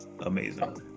amazing